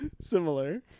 Similar